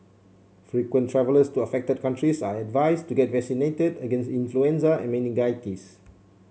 frequent travellers to affected countries are advised to get vaccinated against influenza and meningitis